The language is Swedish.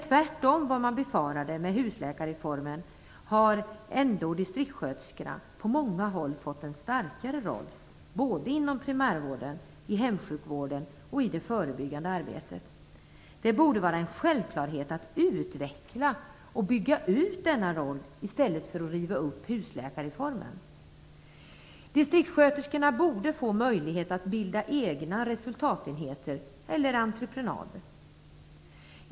Tvärtemot vad man befarade med husläkarreformen har ändå distriktssköterskorna på många håll fått en större roll inom primärvården, i hemsjukvården och i det förebyggande arbetet. Det borde vara en självklarhet att utveckla och bygga ut denna roll i stället för att riva upp husläkarreformen. Distriktssköterskorna borde få möjlighet att bilda egna resultatenheter eller entreprenader.